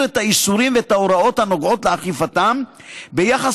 את האיסורים ואת ההוראות הנוגעות לאכיפתם ביחס